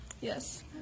yes